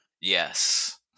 Yes